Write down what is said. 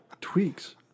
Tweaks